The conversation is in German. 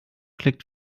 klickt